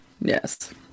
Yes